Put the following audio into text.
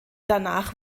danach